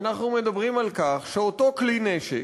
אנחנו מדברים על כך שאותו כלי נשק,